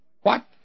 What